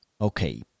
Okay